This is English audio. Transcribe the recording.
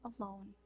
alone